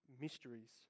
mysteries